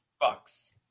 Bucks